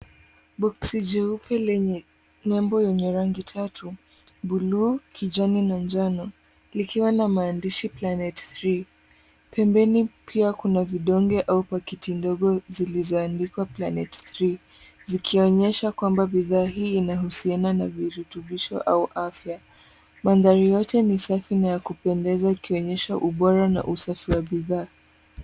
boksi jeupe yenye nembo yenye rangi tatu, buluu kijani na njano likiwa na mahandishi Planet 3. Pembeni pia kuna vidonge au pakiti ndogo zilizoandikwa Planet 3 zikionyesha kwamba bidhaa hii inahusiana na virutubisho au afya. Mandhari yote ni safi na ya kupendeza ikionyesha ubora na usafi wa bidhaa.